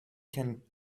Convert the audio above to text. can